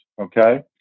Okay